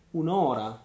un'ora